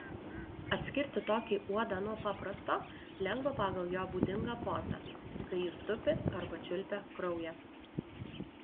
atskirti tokį uodą nuo paprasto lengva pagal jo būdingą pozą kai jis tupi arba čiulpia kraują